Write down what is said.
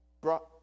brought